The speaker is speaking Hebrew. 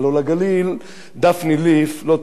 הלוא לגליל דפני ליף לא תלך,